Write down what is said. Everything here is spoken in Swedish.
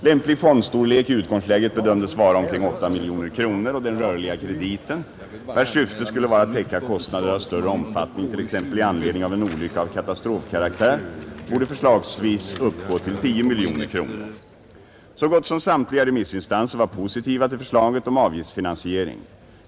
Lämplig fondstorlek i utgångsläget bedömdes vara omkring 8 miljoner kronor, och den rörliga krediten — vars syfte skulle vara att täcka kostnader av större omfattning, t.ex. i anledning av en olycka av katastrofkaraktär — borde förslagsvis uppgå till 10 miljoner kronor, Så gott som samtliga remissinstanser var positiva till förslaget om avgiftsfinansiering.